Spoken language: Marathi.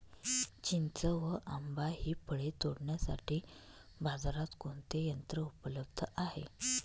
चिंच व आंबा हि फळे तोडण्यासाठी बाजारात कोणते यंत्र उपलब्ध आहे?